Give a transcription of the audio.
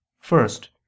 First